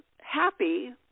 happy